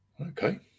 Okay